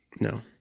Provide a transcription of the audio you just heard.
No